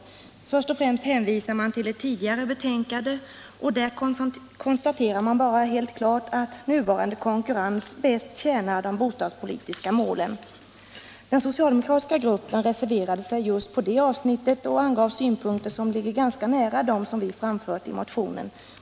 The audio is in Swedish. Man hänvisar först och främst till ett tidigare betänkande, där det helt kort konstateras att nuvarande konkurrens bäst tjänar de bostadspolitiska målen. Den socialdemokratiska gruppen reserverade sig i det avsnittet och angav synpunkter som ligger ganska nära dem som vi framfört i motionen.